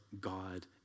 God